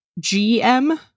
GM